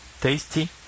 tasty